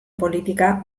politika